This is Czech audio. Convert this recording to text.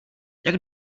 jak